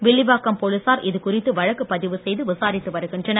வில்லிவாக்கம் போலீசார் இதுகுறித்து வழக்கு பதிவுசெய்து விசாரித்து வருகின்றனர்